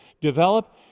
develop